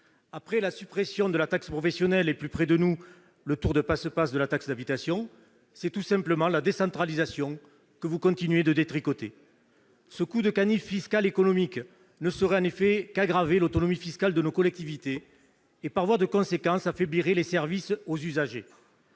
Après la suppression de la taxe professionnelle et, plus près de nous, le tour de passe-passe de la taxe d'habitation, c'est tout simplement la décentralisation que vous continuez de détricoter. Ce coup de canif fiscal « économique » ne ferait en effet que dégrader l'autonomie fiscale de nos collectivités ; par voie de conséquence, il affaiblirait les services rendus aux usagers.